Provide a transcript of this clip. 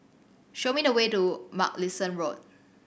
show me the way to Mugliston Road